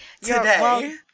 today